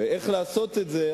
איך לעשות את זה?